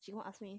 she wants ask me